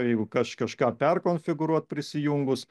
jeigu kažką perkonfigūruot prisijungus